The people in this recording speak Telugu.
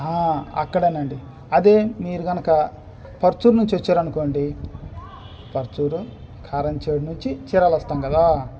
అక్కడేనండి అదే మీరు కనుక పరుచూరు నుంచి వచ్చారు అనుకోండి పరుచూరు కారంచేరి నుంచి చీరాల వస్తాం కదా